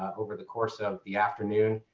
over the course of the afternoon.